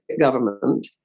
government